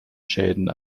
schäden